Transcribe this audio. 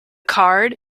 card